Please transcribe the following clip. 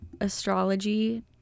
astrology